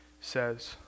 says